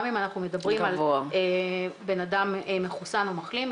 גם אם אנחנו מדברים על בן אדם מחוסן או מחלים,